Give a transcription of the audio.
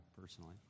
personally